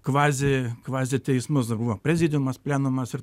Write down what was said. kvazi kvazi teismus dar buvo prezidiumas plenumas ir